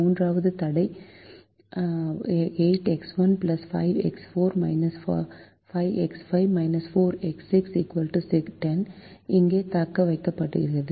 மூன்றாவது தடை 8X1 5X4 5X5 4X6 10 இங்கே தக்கவைக்கப்படுகிறது